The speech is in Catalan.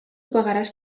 pagaràs